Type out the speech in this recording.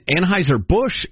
Anheuser-Busch